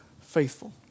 faithful